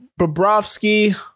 Bobrovsky